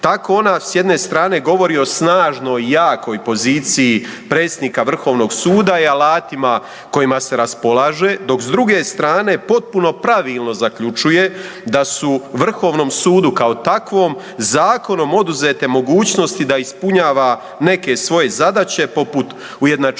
Tako ona s jedne strane govori o snažnoj i jakoj poziciji predsjednika Vrhovnog suda i alatima kojima se raspolaže, dok s druge strane potpuno pravilno zaključuje da su Vrhovnom sudu kao takvom, zakonom oduzete mogućnosti da ispunjava neke svoje zadaće poput ujednačavanja